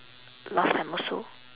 last time also